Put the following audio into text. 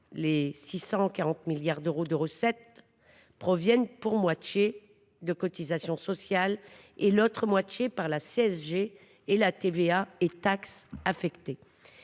les 640 milliards d’euros de recettes proviennent pour moitié de cotisations sociales ; l’autre moitié est issue de la CSG, de la TVA et des taxes affectées.